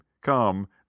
come